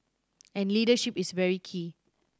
and leadership is very key